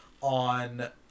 on